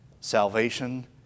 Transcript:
Salvation